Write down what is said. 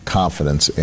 confidence